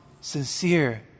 sincere